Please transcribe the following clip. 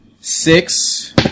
Six